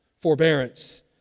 Forbearance